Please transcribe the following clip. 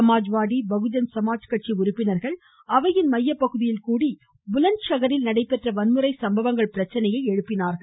சமாஜ்வாடி பகுஜன் சமாஜ் கட்சி உறுப்பினர்கள் அவையின் மையப்பகுதியில் ஷகரில் நடைபெற்ற வன்முறை சம்பவங்கள் பிரச்சினையை கூடி எழுப்பினார்கள்